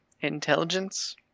intelligence